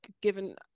given